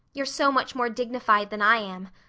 you're so much more dignified than i am.